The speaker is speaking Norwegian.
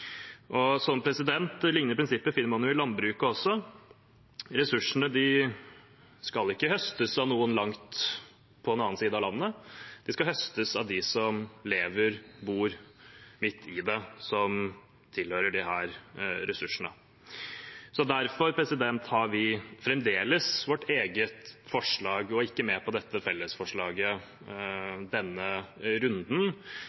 Lignende prinsipper finner man også i landbruket. Ressursene skal ikke høstes av noen på den andre siden av landet; de skal høstes av dem som lever og bor midt i det, som disse ressursene tilhører. Derfor har vi fremmet vårt eget forslag. Vi er ikke med på dette fellesforslaget